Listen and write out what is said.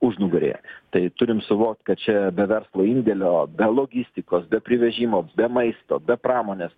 užnugaryje tai turim suvokt kad čia be verslo indėlio logistikos be privežimo be maisto be pramonės